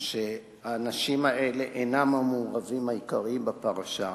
שהאנשים האלה אינם המעורבים העיקריים בפרשה,